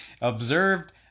Observed